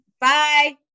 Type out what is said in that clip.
Bye